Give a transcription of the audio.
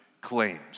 claims